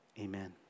Amen